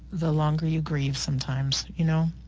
the longer you grieve sometimes. you know?